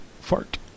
Fart